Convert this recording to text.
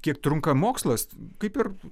kiek trunka mokslas kaip ir